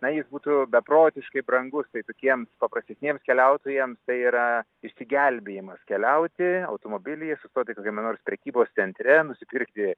na jis būtų beprotiškai brangus tai tokiems paprastesniems keliautojams tai yra išsigelbėjimas keliauti automobily sustoti kokiame nors prekybos centre nusipirkti